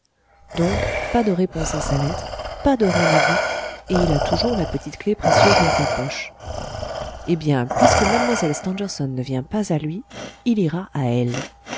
donc pas de réponse à sa lettre pas de rendez-vous et il a toujours la petite clef précieuse dans sa poche eh bien puisque mlle stangerson ne vient pas à lui il ira à elle